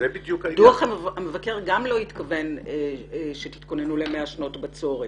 דוח המבקר גם לא התכוון שתתכוננו ל-100 שנות בצורת.